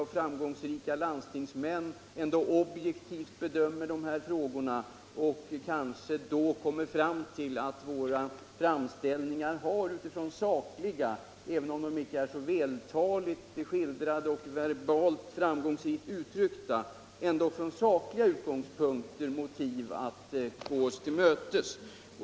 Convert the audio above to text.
och framgångsrika landstingsmän, objektivt bedömer dessa frågor och då kanske kommer fram till att det från sakliga utgångspunkter — även om de inte är så vältaligt skildrade eller verbalt framgångsrikt uttryckta - finns motiv för att gå oss till mötes.